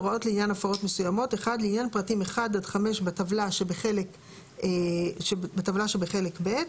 לעניין פרטים 1 עד 5 בטבלה שבחלק ב'